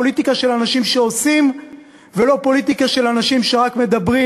פוליטיקה של אנשים שעושים ולא פוליטיקה של אנשים שרק מדברים